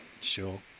Sure